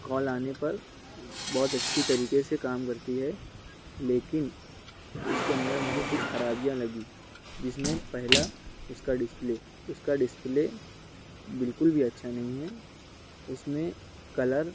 کال آنے پر بہت اچھی طریقے سے کام کرتی ہے لیکن اس کے اندر مجھے کچھ خرابیاں لگیں جس میں پہلا اس کا ڈسپلے اس کا ڈسپلے بالکل بھی اچھا نہیں ہے اس میں کلر